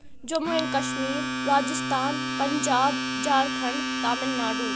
Jammu and Kashmir Rajasthan Punjab Jharkhand Tamil Nadu